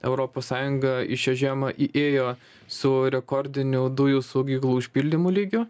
europos sąjunga į šią žiemą įėjo su rekordinių dujų saugyklų užpildymu lygiu